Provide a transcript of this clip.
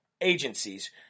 agencies